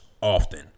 often